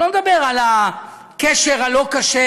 אני לא מדבר על הקשר הלא-כשר,